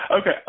Okay